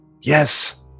Yes